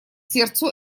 сердцу